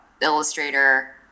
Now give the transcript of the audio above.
Illustrator